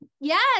Yes